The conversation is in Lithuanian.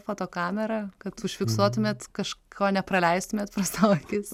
fotokamera kad užfiksuotumėt kažko nepraleistumėt pro savo akis